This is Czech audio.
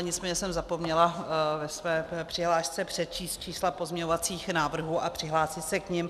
Nicméně jsem zapomněla ve své přihlášce přečíst čísla pozměňovacích návrhů a přihlásit se k nim.